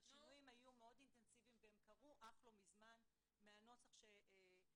אבל השינויים היו מאוד אינטנסיביים והם קרו אך לא מזמן מהנוסח ששם,